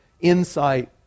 insight